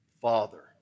Father